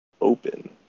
open